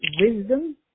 wisdom